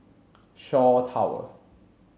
Shaw Towers